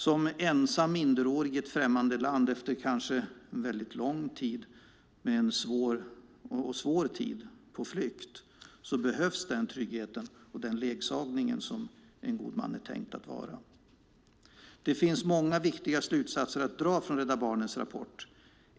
Som ensam minderårig i ett främmande land, kanske efter en väldigt lång och svår tid på flykt, behövs den trygghet och den ledsagning som en god man är tänkt att vara. Det finns många viktiga slutsatser att dra från Rädda Barnens rapport.